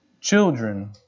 children